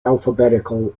alphabetical